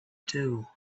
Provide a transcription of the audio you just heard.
too